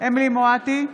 אמילי חיה מואטי,